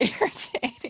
irritating